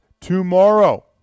tomorrow